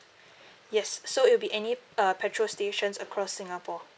yes so it will be any uh petrol stations across singapore